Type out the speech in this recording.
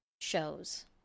shows